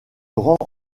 rend